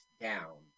down